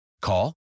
Call